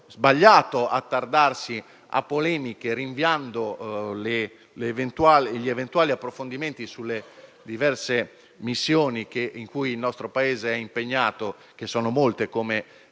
sbagliato attardarsi in polemiche rinviando gli eventuali approfondimenti sulle diverse missioni in cui il nostro Paese è impegnato (che sono molte, come